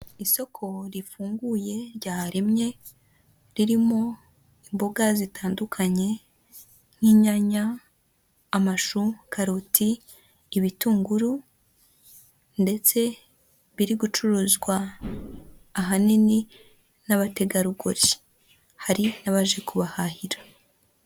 Isoko rifunguye ryaremye, ririmo imboga zitandukanye, n'inyanya, amashu, karoti, ibitunguru ndetse biri gucuruzwa ahanini n'abategarugori. Hari n'abaje kubahahira.